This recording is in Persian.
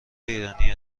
ایرانی